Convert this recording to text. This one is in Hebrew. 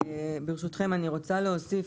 ברשותכם, אני רוצה להוסיף.